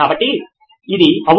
కాబట్టి ఇది అవును